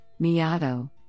Miato